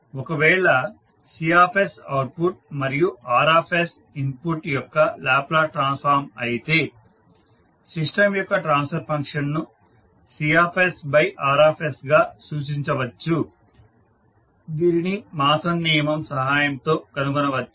ఒకవేళ C output మరియు R input యొక్క లాప్లాస్ ట్రాన్స్ఫార్మ్స్ అయితే సిస్టం యొక్క ట్రాన్స్ఫర్ ఫంక్షన్ను CRగా సూచించవచ్చు దీనిని మాసన్ నియమం సహాయంతో కనుగొనవచ్చు